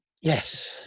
Yes